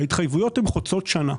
ההתחייבויות הן חוצות שנה.